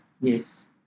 yes